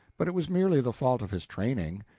but it was merely the fault of his training,